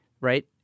right